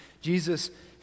Jesus